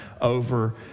over